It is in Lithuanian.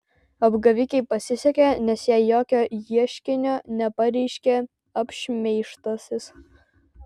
apgavikei pasisekė nes jai jokio ieškinio nepareiškė apšmeižtasis